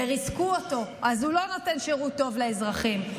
וריסקו אותו, אז הוא לא נותן שירות טוב לאזרחים.